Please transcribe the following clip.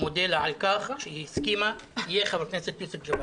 מודה לה על כך שהיא הסכימה יהיה חבר הכנסת יוסף ג'אברין.